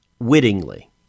wittingly